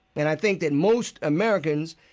and i think that most americans,